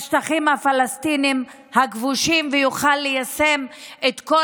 בשטחים הפלסטיניים הכבושים ויוכל ליישם את כל